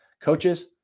Coaches